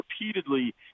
repeatedly